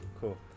cool